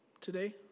today